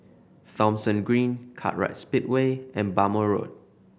Thomson Green Kartright Speedway and Bhamo Road